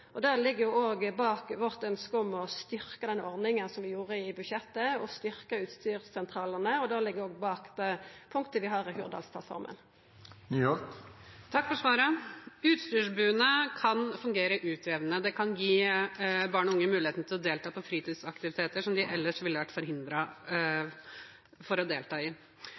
og styrkja utstyrssentralane, som vi gjorde i budsjettet, og det ligg òg bak det punktet vi har i Hurdalsplattforma. Takk for svaret. Utstyrsbodene kan fungere utjevnende. Det kan gi barn og unge muligheten til å delta på fritidsaktiviteter som de ellers ville ha vært forhindret fra å delta i.